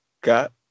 got